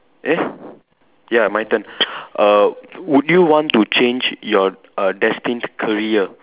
eh ya my turn err would you want to change your err destined career